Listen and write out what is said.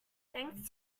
thanks